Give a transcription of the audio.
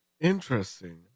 Interesting